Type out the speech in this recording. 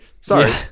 sorry